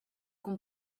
qu’on